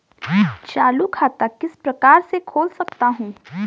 चालू खाता किस प्रकार से खोल सकता हूँ?